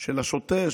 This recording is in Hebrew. של השוטר,